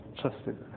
trusted